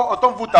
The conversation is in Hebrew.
מבוטח,